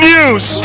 news